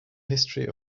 history